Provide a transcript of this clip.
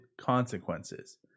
consequences